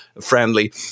friendly